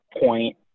point